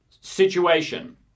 situation